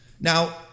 Now